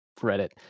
Reddit